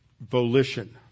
Volition